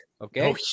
Okay